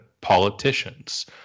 politicians